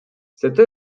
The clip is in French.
cette